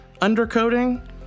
undercoating